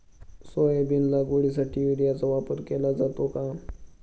Soybean लागवडीसाठी युरियाचा वापर केला जातो का?